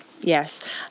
yes